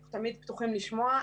אנחנו תמיד פתוחים לשמוע.